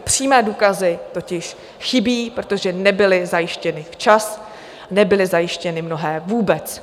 Přímé důkazy totiž chybí, protože nebyly zajištěny včas, nebyly zajištěny mnohé vůbec.